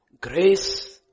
grace